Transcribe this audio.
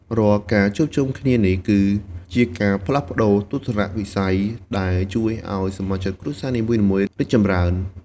រាល់ការជួបជុំគ្នានេះគឺជាការផ្លាស់ប្តូរទស្សនៈវិស័យ ដែលជួយឱ្យសមាជិកគ្រួសារនីមួយៗរីកចម្រើន។